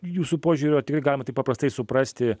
jūsų požiūrio tikrai galima taip paprastai suprasti